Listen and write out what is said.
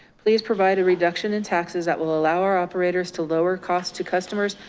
please provide a reduction in taxes that will allow our operators to lower costs to customers,